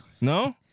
No